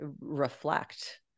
reflect